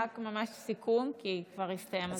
רק ממש סיכום, כי כבר הסתיים הזמן.